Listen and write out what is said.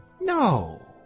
No